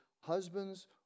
husbands